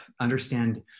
understand